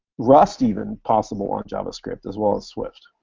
rust even possible on javascript as well as swift.